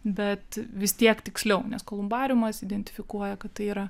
bet vis tiek tiksliau nes kolumbariumas identifikuoja kad tai yra